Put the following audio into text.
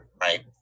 right